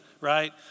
right